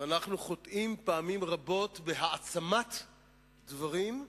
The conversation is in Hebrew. ואנחנו חוטאים פעמים רבות בהעצמת דברים,